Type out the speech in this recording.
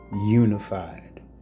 unified